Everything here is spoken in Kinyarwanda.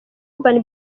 urban